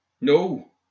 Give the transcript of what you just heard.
No